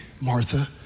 Martha